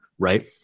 right